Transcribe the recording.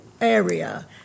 area